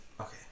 Okay